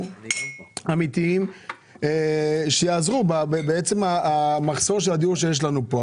אמיתיים שיעזרו במחסור הדיור שקים במדינה,